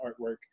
artwork